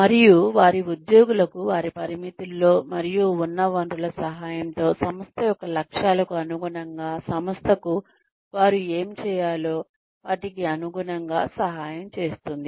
మరియు వారి ఉద్యోగులకు వారి పరిమితుల్లో మరియు ఉన్న వనరుల సహాయంతో సంస్థ యొక్క లక్ష్యాలకు అనుగుణంగా సంస్థకు వారు ఏమి చేయాలో వాటికి అనుగుణంగా సహాయం చేస్తుంది